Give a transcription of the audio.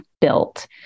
built